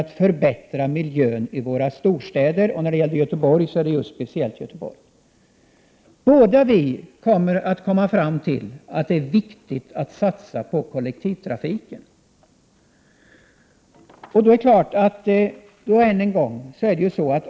1988/89:106 för att förbättra miljön i storstäderna. Båda dessa kommittéer kommer att 28 april 1989 dra den slutsatsen att det är viktigt att satsa på kollektivtrafiken.